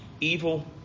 evil